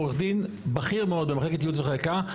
עורך דין בכיר מאוד במחלקת ייעוץ וחקיקה,